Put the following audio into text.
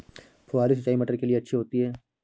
फुहारी सिंचाई मटर के लिए अच्छी होती है?